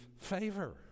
favor